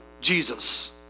Jesus